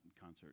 concert